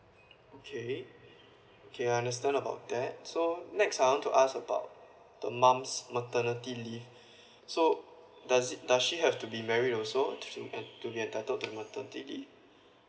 okay okay I understand about that so next I want to ask about the mum's maternity leave so does it does she have to be married also to en~ to be entitled to maternity leave